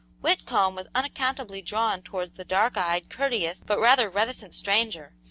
whitcomb was unaccountably drawn towards the dark-eyed, courteous, but rather reticent stranger,